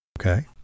Okay